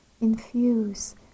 infuse